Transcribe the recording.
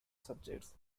subjects